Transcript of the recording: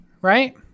right